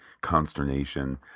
consternation